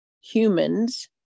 humans